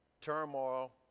turmoil